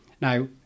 Now